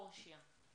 קורשיא.